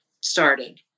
started